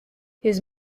his